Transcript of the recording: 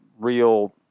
Real